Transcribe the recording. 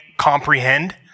Comprehend